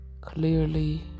clearly